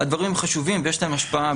הדברים חשובים, ויש להם השפעה.